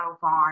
farm